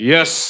Yes